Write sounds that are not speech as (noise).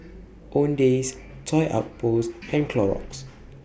(noise) Owndays Toy Outpost and Clorox